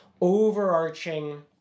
overarching